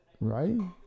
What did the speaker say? right